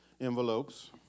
envelopes